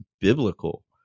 biblical